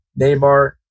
Neymar